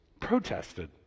Protested